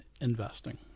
investing